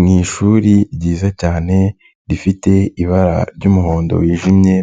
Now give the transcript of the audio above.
Mu ishuri ryiza cyane rifite ibara ry'umuhondo wijimye